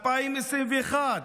2021,